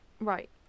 right